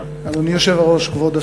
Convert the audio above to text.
אדוני היושב-ראש, כבוד השר,